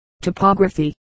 Topography